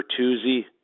Bertuzzi